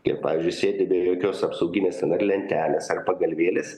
kiek pavyzdžiui sėdi be jokios apsauginės ten ar lentelės ar pagalvėlės